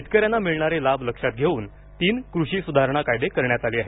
शेतकऱ्यांना मिळणारे लाभ लक्षात घेऊन तीन कृषी सुधारणा कायदे करण्यात आले आहेत